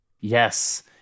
yes